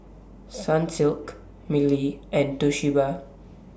Sunsilk Mili and Toshiba